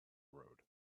road